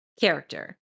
character